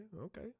okay